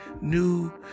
new